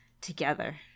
together